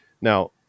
Now